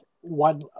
one